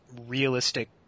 realistic